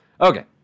Okay